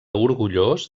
orgullós